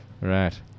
Right